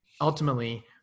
ultimately